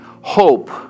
hope